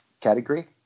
category